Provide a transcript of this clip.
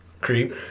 Creep